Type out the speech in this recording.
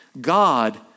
God